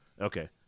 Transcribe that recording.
Okay